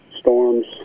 storms